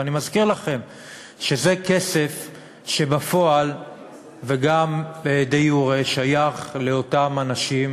ואני מזכיר לכם שזה כסף שבפועל וגם דה-יורה שייך לאותם אנשים